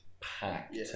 packed